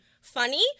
funny